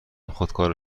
خودکار